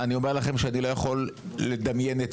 אני אומר לכם שאני לא יכול לדמיין את